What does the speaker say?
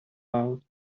out